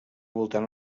voltant